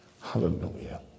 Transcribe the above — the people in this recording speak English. Hallelujah